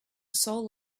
soul